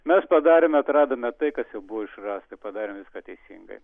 mes padarėme atradome tai kas buvo išrasta padarėme viską teisingai